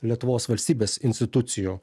lietuvos valstybės institucijų